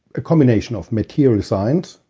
a combination of materials science.